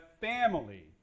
family